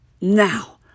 Now